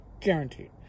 guaranteed